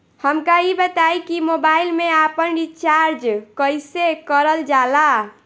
हमका ई बताई कि मोबाईल में आपन रिचार्ज कईसे करल जाला?